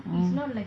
orh